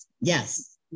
Yes